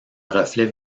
reflets